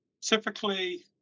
Typically